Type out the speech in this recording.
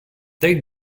take